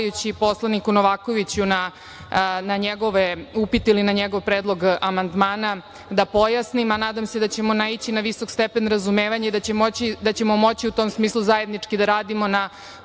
odgovarajući poslaniku Novakoviću na njegove upite, na njegov predlog amandmana da pojasnim. Nadam se da ćemo naići na visok stepen razumevanja i da ćemo moći u tom smislu zajednički da radimo na